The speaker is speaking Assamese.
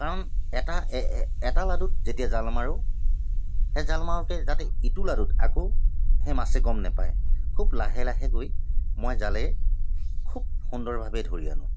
কাৰণ এটা এটা লাডুত যেতিয়া জাল মাৰোঁ সেই জাল মাৰোঁতে তেতিয়া ইটো লাডুত সেই মাছে গম নাপায় খুব লাহে লাহে গৈ মই জালে খুব সুন্দৰভাৱে ধৰি আনো